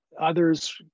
others